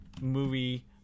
movie